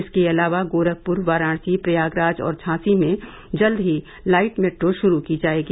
इसके अलावा गोरखप्र वाराणसी प्रयागराज और झांसी में जल्द ही लाइट मेट्रो श्रू की जायेगी